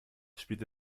spielt